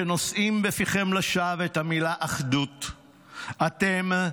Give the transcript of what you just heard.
שנושאים בפיכם לשווא את המילה "אחדות"; אתם,